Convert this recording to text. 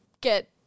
get